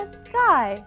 sky